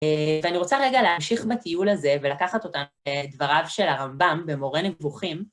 ואני רוצה רגע להמשיך בטיול הזה ולקחת אותם לדבריו של הרמב״ם במורה נבוכים.